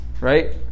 right